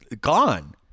gone